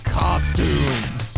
costumes